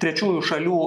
trečiųjų šalių